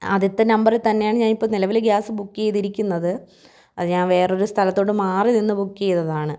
ആദ്യത്തെ നമ്പറിൽ തന്നെയാണ് ഞാനിപ്പോൾ നിലവിൽ ഗ്യാസ് ബുക്ക് ചെയ്തിരിക്കുന്നത് അത് ഞാൻ വേറൊരു സ്ഥലത്തോട്ട് മാറിനിന്ന് ബുക്ക് ചെയ്തതാണ്